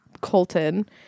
colton